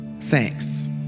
Thanks